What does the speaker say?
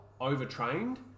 overtrained